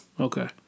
Okay